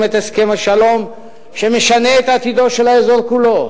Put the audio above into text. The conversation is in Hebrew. הסכם השלום שמשנה את עתידו של האזור כולו.